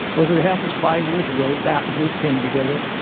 well, it happens, five years ago, that group came together,